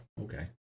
okay